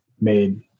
made